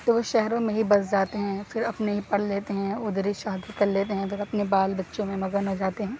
تو شہروں میں ہی بس جاتے ہیں پھر اپنے ہی پڑھ لیتے ہیں ادھر ہی شادی کر لیتے ہیں پھر اپنے بال بچوں میں مگن ہو جاتے ہیں